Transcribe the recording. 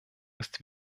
ist